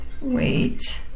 Wait